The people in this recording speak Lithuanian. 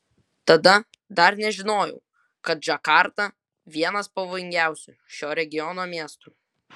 tada dar nežinojau kad džakarta vienas pavojingiausių šio regiono miestų